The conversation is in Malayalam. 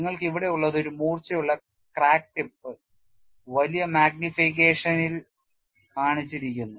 നിങ്ങൾക്ക് ഇവിടെയുള്ളത്ഒരു മൂർച്ചയുള്ളക്രാക്ക്ടിപ്പ് വലിയ മാഗ്നിഫിക്കേഷനിൽ കാണിച്ചിരിക്കുന്നു